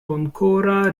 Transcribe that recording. bonkora